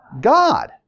God